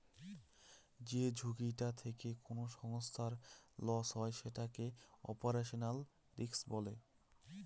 যে ঝুঁকিটা থেকে কোনো সংস্থার লস হয় সেটাকে অপারেশনাল রিস্ক বলে